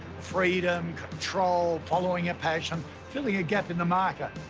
freedom, control, following your passion, filling a gap in the market.